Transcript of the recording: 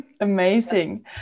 amazing